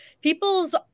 People's